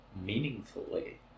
meaningfully